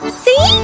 see